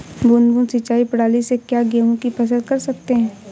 बूंद बूंद सिंचाई प्रणाली से क्या गेहूँ की फसल कर सकते हैं?